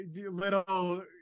little